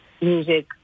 music